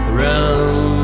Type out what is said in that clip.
run